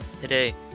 Today